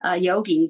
yogis